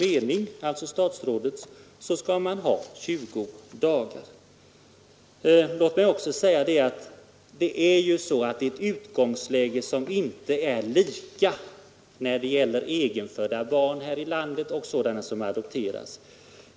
Sedan skriver statsrådet endast att det ”enligt min mening” bör vara 20 dagar. Låt mig poängtera följande. Utgångsläget är inte lika när det gäller egenfödda barn här i landet och barn som adopteras.